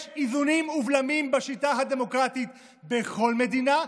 יש איזונים ובלמים בשיטה הדמוקרטית בכל מדינה,